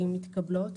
אם מתקבלות,